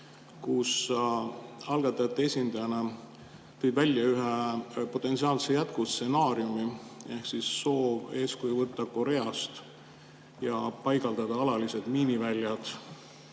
kus sa algatajate esindajana tõid välja ühe potentsiaalse jätkustsenaariumi ehk soov oli eeskuju võtta Koreast ja paigaldada alalised miiniväljad